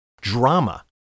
drama